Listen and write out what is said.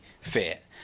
fit